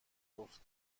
گفت